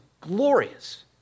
glorious